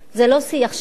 זה לא שיח של אזרחות.